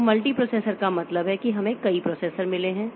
तो मल्टीप्रोसेसर का मतलब है कि हमें कई प्रोसेसर मिले हैं